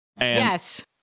Yes